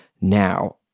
now